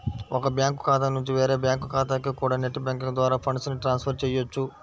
ఒక బ్యాంకు ఖాతా నుంచి వేరే బ్యాంకు ఖాతాకి కూడా నెట్ బ్యాంకింగ్ ద్వారా ఫండ్స్ ని ట్రాన్స్ ఫర్ చెయ్యొచ్చు